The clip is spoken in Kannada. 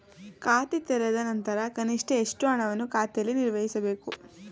ಖಾತೆ ತೆರೆದ ನಂತರ ಕನಿಷ್ಠ ಎಷ್ಟು ಹಣವನ್ನು ಖಾತೆಯಲ್ಲಿ ನಿರ್ವಹಿಸಬೇಕು?